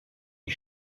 die